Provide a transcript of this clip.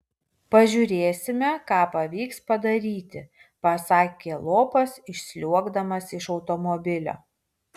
pažiūrėsime ką pavyks padaryti pasakė lopas išsliuogdamas iš automobilio